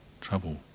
trouble